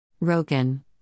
Rogan